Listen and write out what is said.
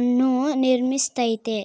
ಅನ್ನು ನಿರ್ಮಿಸ್ತೈತೆ